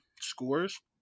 scores